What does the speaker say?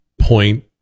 point